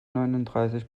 neununddreißig